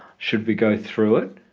should we go through it?